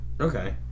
okay